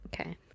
Okay